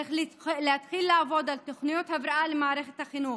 צריך להתחיל לעבוד על תוכניות הבראה למערכת החינוך.